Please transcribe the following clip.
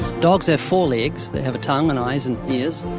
dogs have four legs. they have a tongue and eyes and ears.